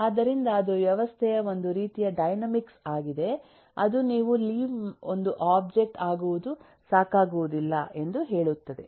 ಆದ್ದರಿಂದ ಅದು ವ್ಯವಸ್ಥೆಯ ಒಂದು ರೀತಿಯ ಡೈನಾಮಿಕ್ಸ್ ಆಗಿದೆ ಅದು ನೀವು ಲೀವ್ ಒಂದು ಒಬ್ಜೆಕ್ಟ್ ಆಗುವುದು ಸಾಕಾಗುವುದಿಲ್ಲ ಎಂದು ಹೇಳುತ್ತದೆ